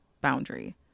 boundary